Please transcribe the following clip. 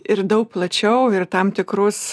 ir daug plačiau ir tam tikrus